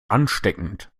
ansteckend